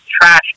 trash